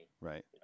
Right